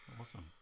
awesome